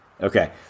Okay